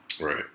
right